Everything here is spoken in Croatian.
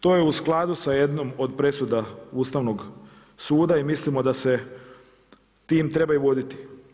To je skladu s jednom od presuda Ustavnog suda i mislim da se tim treba i voditi.